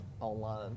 online